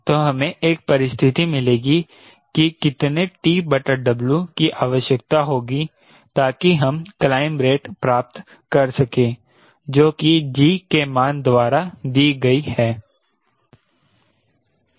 तो हमे एक परिस्थिति मिलेगी कि कितने TW की आवश्यकता होगी ताकि हम कलाइंब रेट प्राप्त कर सके जो कि G के मान द्वारा दी गई है